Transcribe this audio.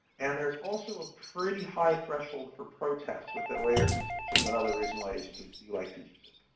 and there's also a pretty high threshold for protests with oasis, which is another reason why agencies do like to use it.